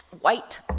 White